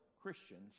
Christians